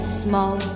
small